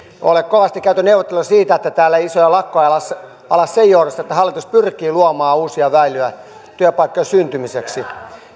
ole kovasti käyty neuvotteluja siitä että täällä ei isoja lakkoja ala sen johdosta että hallitus pyrkii luomaan uusia väyliä työpaikkojen syntymiseksi